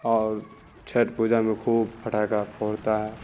اور چھٹھ پوجا میں خوب پٹاخہ پھوڑتا ہے